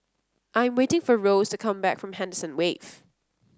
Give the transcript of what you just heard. I am waiting for Rose to come back from Henderson Wave